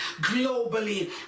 globally